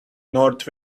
north